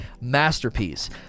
masterpiece